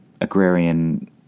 agrarian